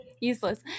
useless